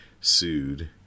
sued